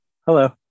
Hello